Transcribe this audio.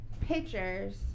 pictures